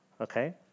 Okay